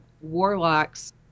warlocks